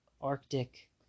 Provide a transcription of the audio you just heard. Arctic